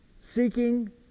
seeking